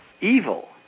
evil